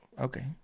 okay